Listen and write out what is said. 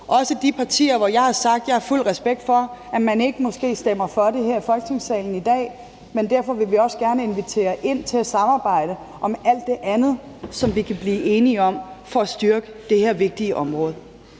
også de partier, som jeg har fuld respekt for ikke stemmer for det her i Folketingssalen i dag, men derfor vil vi også gerne invitere til et samarbejde om alt det andet, som vi kan blive enige om, for at styrke det her vigtige område.